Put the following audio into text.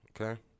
okay